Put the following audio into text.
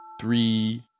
three